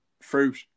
fruit